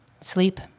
sleep